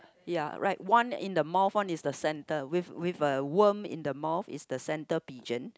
ya right one in the mouth one is the center with with uh worm in the mouth is the center pigeon